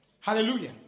Hallelujah